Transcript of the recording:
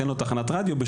תן לו תחנת רדיו,